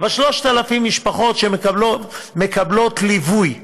אבל 3,000 משפחות מקבלות ליווי כלכלי,